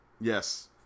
Yes